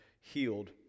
healed